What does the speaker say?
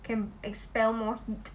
can expel more heat